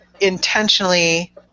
intentionally